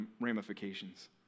ramifications